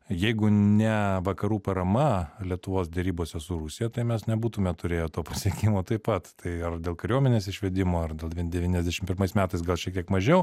jeigu ne vakarų parama lietuvos derybose su rusija tai mes nebūtume turėję to pasiekimo taip pat tai ar dėl kariuomenės išvedimo ar devyniasdešim pirmais metais gal šiek tiek mažiau